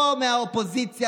לא מהאופוזיציה,